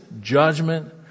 judgment